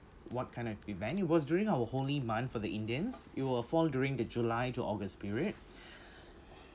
what kind of event it was during our holy month for the indians it were fall during the july to august period